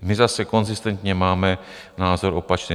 My zase konzistentně máme názor opačný.